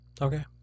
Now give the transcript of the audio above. Okay